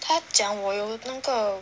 他讲我有那个